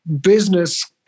business